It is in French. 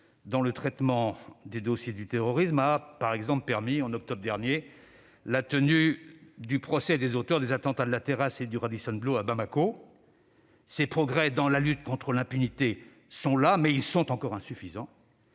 dans le traitement des dossiers du terrorisme a permis, par exemple, en octobre dernier, la tenue du procès des auteurs des attentats de la Terrasse et du Radisson Blu à Bamako. Ces progrès dans la lutte contre l'impunité sont réels, mais ils sont encore insuffisants.